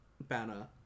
banner